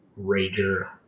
rager